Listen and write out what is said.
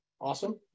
awesome